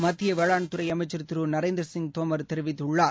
மத்திய வேளாண்துறை அமைச்சர் திரு நரேந்திரசிங் தோமர் தெரிவித்துள்ளார்